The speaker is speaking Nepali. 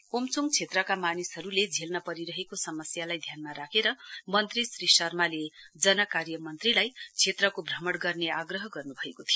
ओमच्ङ क्षेत्रका मानिसहरूले झेल्न परिरहेको समस्यालाई ध्यानमा राखेर मन्त्री श्री शर्माले जन कार्य मन्त्रीलाई क्षेत्रको भ्रमण गर्ने आग्रह गर्न् भएको थियो